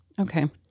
okay